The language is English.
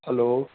hello